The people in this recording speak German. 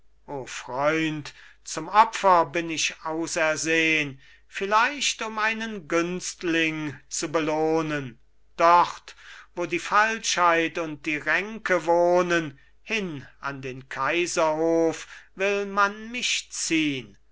freund zum opfer bin ich ausersehn vielleicht um einen günstling zu belohnen dort wo die falschheit und die ränke wohnen hin an den kaiserhof will man mich ziehn